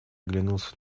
оглянулся